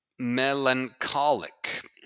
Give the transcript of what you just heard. melancholic